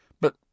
But